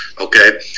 okay